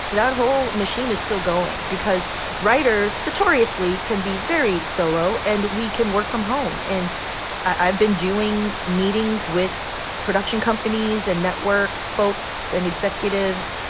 that whole machine is still going because writers notoriously can be very solo and we can work from home. and i've been doing meetings with production companies and network folks and executives.